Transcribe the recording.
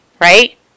right